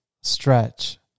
stretch